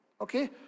Okay